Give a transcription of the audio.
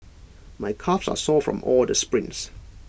my calves are sore from all the sprints